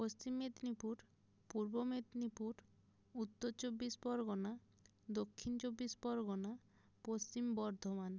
পশ্চিম মেদিনীপুর পূর্ব মেদিনীপুর উত্তর চব্বিশ পরগনা দক্ষিণ চব্বিশ পরগনা পশ্চিম বর্ধমান